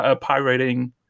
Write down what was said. Pirating